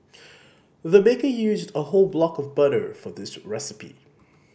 the baker used a whole block of butter for this recipe